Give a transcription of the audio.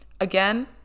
again